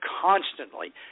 constantly